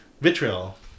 vitriol